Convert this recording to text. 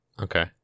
Okay